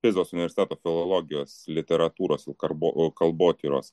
pizos universiteto filologijos literatūros ir karbo kalbotyros